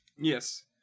yes